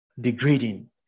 degrading